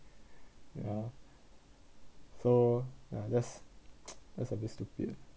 ya so ya that's that's a bit stupid